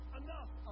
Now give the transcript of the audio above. enough